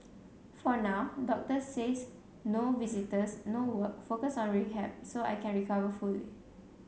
for now doctors says no visitors no work focus on rehab so I can recover fully